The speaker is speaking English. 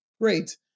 great